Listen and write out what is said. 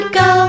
go